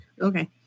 Okay